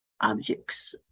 Objects